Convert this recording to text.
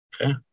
Okay